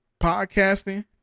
podcasting